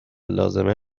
لازمه